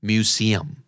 Museum